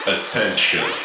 Attention